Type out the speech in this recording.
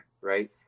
right